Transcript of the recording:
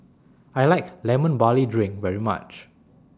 I like Lemon Barley Drink very much